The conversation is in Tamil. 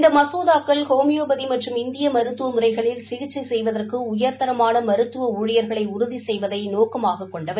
இந்த மசோதாக்கள் ஹோமியோபதி மற்றும் இந்திய மருத்துவ முறைகளில் சிகிச்சை செய்வதற்கு உயர் தரமான மருத்துவ ஊழியர்ளை உறுதி செய்வதை நோக்கமாகக் கொண்டவை